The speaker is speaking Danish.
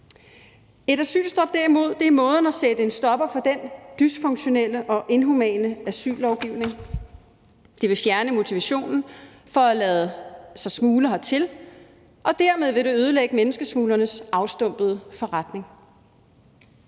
Et asylstop er derimod måden at sætte en stopper for den dysfunktionelle og inhumane asyllovgivning på. Det vil fjerne motivationen for at lade sig smugle hertil, og dermed vil det ødelægge menneskesmuglernes afstumpede forretning.